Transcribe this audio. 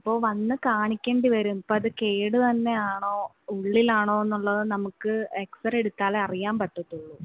അപ്പോൾ വന്ന് കാണിക്കേണ്ടിവരും ഇപ്പം അത് കേടു തന്നെയാണോ ഉള്ളിലാണോന്നുള്ളത് നമുക്ക് എക്സ്സറേ എടുത്താലേ അറിയാൻ പറ്റത്തുള്ളൂ